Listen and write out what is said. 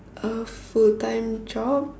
a full time job